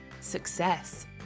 success